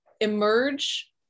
emerge